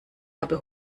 habe